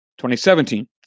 2017